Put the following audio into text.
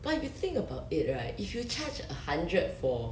but you think about it right if you charge a hundred for